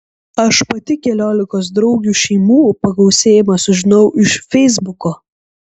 aš pati apie keliolikos draugių šeimų pagausėjimą sužinojau iš feisbuko